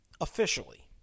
officially